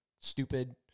stupid